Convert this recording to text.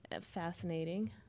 fascinating